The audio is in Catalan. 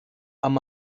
amb